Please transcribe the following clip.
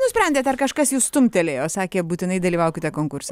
nusprendėt ar kažkas jus stumtelėjo sakė būtinai dalyvaukite konkurse